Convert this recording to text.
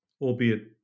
albeit